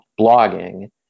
blogging